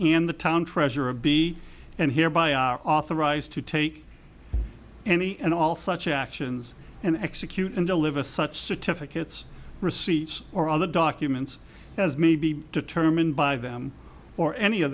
and the town treasurer of b and here by are authorized to take any and all such actions and execute and deliver such certificates receipts or other documents as may be determined by them or any of